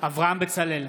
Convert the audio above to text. אברהם בצלאל,